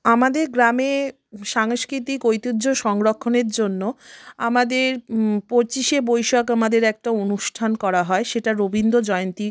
আমাদের গ্রামে সাংস্কৃতিক ঐতিহ্য সংরক্ষণের জন্য আমাদের পঁচিশে বৈশাখ আমাদের একটা অনুষ্ঠান করা হয় সেটা রবীন্দ্রজয়ন্তী